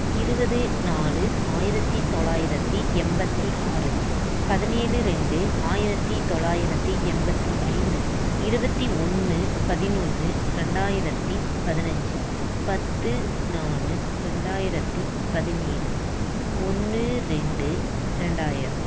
இருபது நாலு ஆயிரத்து தொள்ளாயிரத்து எண்பத்தி ஆறு பதினேழு ரெண்டு ஆயிரத்து தொள்ளாயிரத்து எண்பத்தி ஐந்து இருபத்தி ஒன்று பதினொன்று ரெண்டாயிரத்து பதினைஞ்சி பத்து நாலு ரெண்டாயிரத்து பதினேழு ஒன்று ரெண்டு ரெண்டாயிரம்